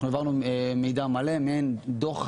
אנחנו העברנו מידע מלא, מעין דוח.